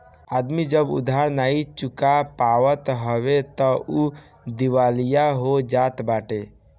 आदमी जब उधार नाइ चुका पावत हवे तअ उ दिवालिया हो जात बाटे